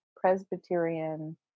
Presbyterian